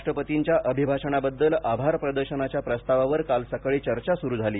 राष्ट्रपतींच्या अभिभाषणाबद्दल आभारप्रदर्शनाच्या प्रस्तावावर काल सकाळी चर्चा सुरू झाली